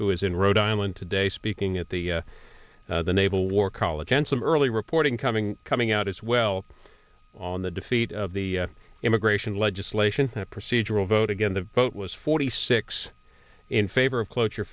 who is in rhode island today speaking at the naval war college and some early reporting coming coming out as well on the defeat of the immigration legislation that procedural vote again the vote was forty six in favor of cloture